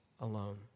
alone